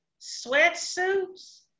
sweatsuits